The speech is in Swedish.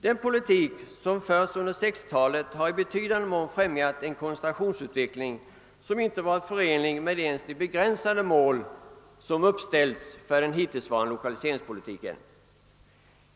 Den politik som förts under 1960-talet har i betydande mån främjat en koncentrationsutveckling som inte varit förenlig ens med de begränsade mål som uppställts för den hittillsvarande lokaliseringspolitiken.